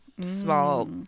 small